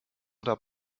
oder